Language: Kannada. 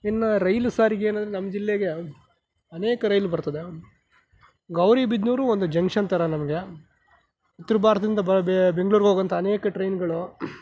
ಇನ್ನು ರೈಲು ಸಾರಿಗೆ ಏನೆಂದರೆ ನಮ್ಮ ಜಿಲ್ಲೆಗೆ ಅನೇಕ ರೈಲು ಬರ್ತದೆ ಗೌರಿಬಿದಿನೂರು ಒಂದು ಜಂಕ್ಷನ್ ಥರ ನಮಗೆ ಉತ್ತರ ಭಾರತದಿಂದ ಬೆಂಗಳೂರು ಹೋಗುವಂಥ ಅನೇಕ ಟ್ರೈನ್ಗಳು